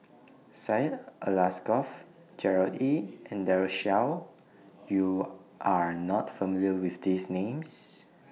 Syed Alsagoff Gerard Ee and Daren Shiau YOU Are not familiar with These Names